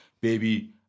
baby